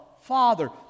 Father